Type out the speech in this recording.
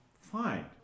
Fine